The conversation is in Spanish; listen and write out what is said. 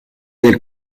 del